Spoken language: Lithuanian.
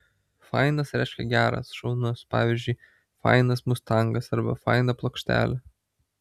fainas reiškia geras šaunus pavyzdžiui fainas mustangas arba faina plokštelė